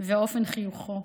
ואופן חיוכו,